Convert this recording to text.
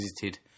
visited